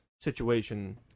situation